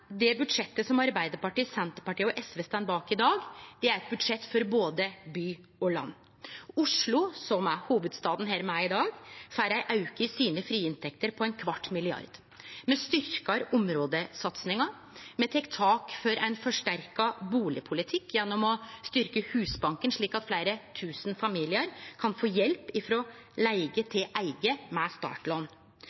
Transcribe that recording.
Det budsjettet som Arbeidarpartiet, Senterpartiet og SV står bak i dag, er eit budsjett for både by og land. Oslo, som er hovudstaden, her me er i dag, får ein auke på ein kvart milliard i sine frie inntekter. Me styrkjer områdesatsinga. Me tek tak for ein forsterka bustadpolitikk gjennom å styrkje Husbanken, slik at fleire tusen familiar kan få hjelp